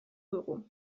dugu